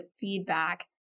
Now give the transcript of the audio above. feedback